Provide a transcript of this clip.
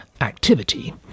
activity